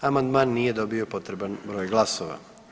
Amandman nije dobio potreban broj glasova.